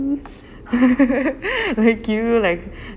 like you like